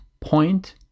point